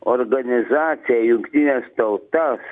organizaciją jungtines tautas